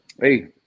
hey